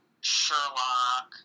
Sherlock